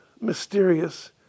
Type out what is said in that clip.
mysterious